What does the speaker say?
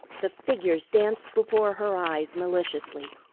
the figures danced before her eyes maliciously.